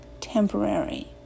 temporary